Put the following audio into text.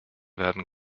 werden